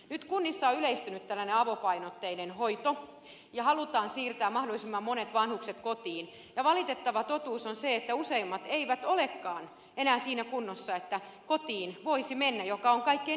nyt kunnissa on yleistynyt tällainen avopainotteinen hoito ja halutaan siirtää mahdollisimman monet vanhukset kotiin ja valitettava totuus on se että useimmat eivät olekaan enää siinä kunnossa että kotiin voisi mennä joka on kaikkein inhimillisin hoitomuoto